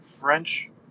french